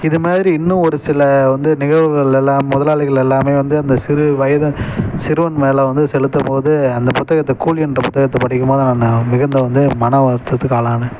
இது மாதிரி இன்னும் ஒரு சில வந்து நிகழ்வுகளெல்லாம் முதலாளிகளெல்லாம் வந்து அந்த சிறு வயது சிறுவன் மேல் வந்து செலுத்தும் போது அந்த புத்தகத்தை கூலின்ற புத்தகத்தை படிக்கும் போது நான் மிகுந்த வந்து மனவருத்தத்துக்கு ஆளான